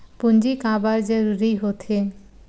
पूंजी का बार जरूरी हो थे?